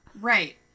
Right